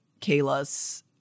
Kayla's